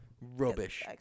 Rubbish